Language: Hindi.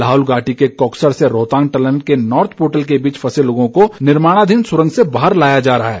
लाहौल घाटी के कोकसर से रोहतांग टनल के नॉर्थ पोर्टल के बीच फंसे लोगों को निर्माणाधीन सुरंग से बाहर लाया जा रहा है